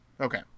Okay